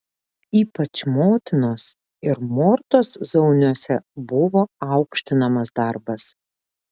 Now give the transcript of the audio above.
ypač motinos ir mortos zauniuose buvo aukštinamas darbas